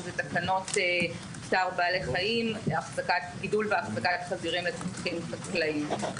שזה תקנות צער בעלי חיים (גידול והחזקת חזירים לצרכים חקלאיים).